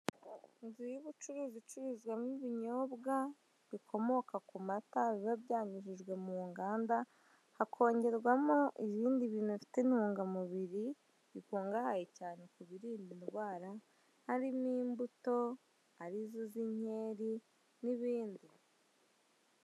Umucuruzi ucuruza n'ibinyobwa bikonoka ku mata biba byanyuze mu nganda, hakongerwamo ibindi bintu bifite intungamubiri, bikungahaye cyane ku birinda indwara harimo imbuto arizo z'inkeri n'ibindi.